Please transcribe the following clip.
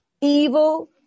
evil